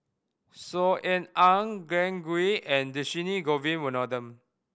Saw Ean Ang Glen Goei and Dhershini Govin Winodan